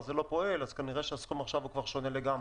לא פועל כך שכנראה הסכום עכשיו שונה לגמרי.